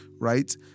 right